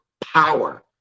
power